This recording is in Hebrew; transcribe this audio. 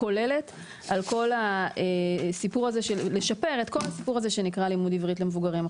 כוללת כדי לשפר את כל הסיפור הזה שנקרא לימוד עברית למבוגרים.